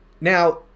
Now